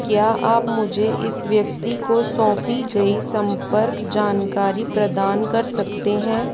क्या आप मुझे इस व्यक्ति को सौंपी गई संपर्क जानकारी प्रदान कर सकते हैं